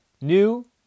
new